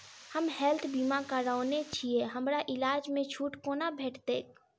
हम हेल्थ बीमा करौने छीयै हमरा इलाज मे छुट कोना भेटतैक?